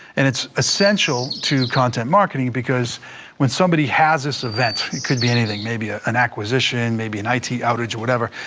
and it's essential to content marketing, because when somebody has this event, it could be anything, maybe ah an acquisition, maybe an outage or whatever,